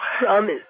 Promise